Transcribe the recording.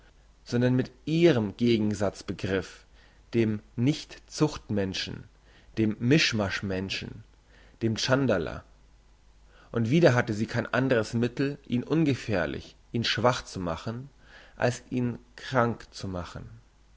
sondern mit ihrem gegensatz begriff dem nicht zucht menschen dem mischmasch menschen dem tschandala und wieder hatte sie kein andres mittel ihn ungefährlich ihn schwach zu machen als ihn krank zu machen